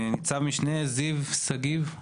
ניצב משנה זיו שגיב.